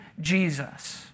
Jesus